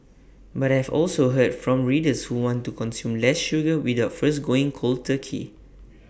but I have also heard from readers who want to consume less sugar without first going cold turkey